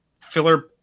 filler